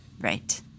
Right